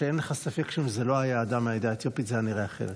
ואין לך ספק שאם זה לא אדם מהעדה האתיופית זה היה נראה אחרת.